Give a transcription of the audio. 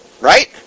Right